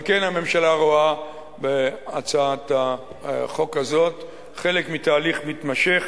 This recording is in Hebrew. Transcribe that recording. על כן הממשלה רואה בהצעת החוק הזאת חלק מתהליך מתמשך